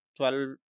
12